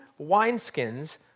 wineskins